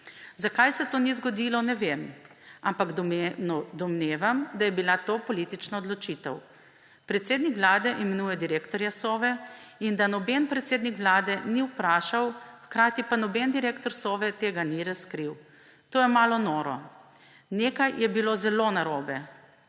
Zakaj se to ni zgodilo, ne vem, ampak domnevam, da je bila to politična odločitev. Predsednik Vlade imenuje direktorja Sove in da noben predsednik vlade ni vprašal, hkrati pa noben direktor Sove tega ni razkril, to je malo noro. Nekaj je bilo zelo narobe.«